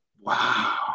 Wow